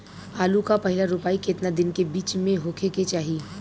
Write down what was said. आलू क पहिला रोपाई केतना दिन के बिच में होखे के चाही?